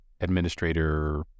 administrator